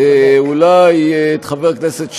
אולי את חבר הכנסת שטרן,